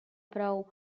prou